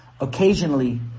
occasionally